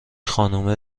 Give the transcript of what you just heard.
خانومه